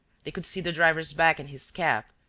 they could see the driver's back and his cap,